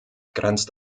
grenzt